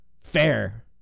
fair